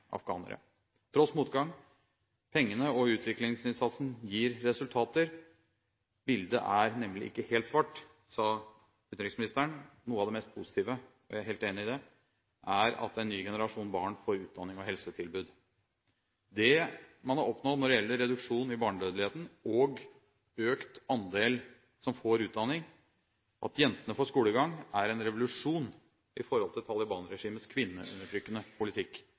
afghanere. Tross motgang, pengene og utviklingsinnsatsen gir resultater. «Bildet er nemlig ikke helt svart», sa utenriksministeren. Noe av det mest positive – og jeg er helt enig i det – er at en ny generasjon barn får utdanning og helsetilbud. Det man har oppnådd når det gjelder reduksjon i barnedødeligheten og økt andel som får utdanning, at jentene får skolegang, er en revolusjon i forhold til Taliban-regimets kvinneundertrykkende politikk.